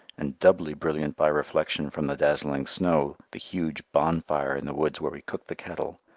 and doubly brilliant by reflection from the dazzling snow, the huge bonfire in the woods where we cooked the kettle,